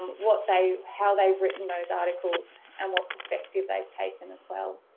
what they, how they've written those articles and what perspective they've taken as well.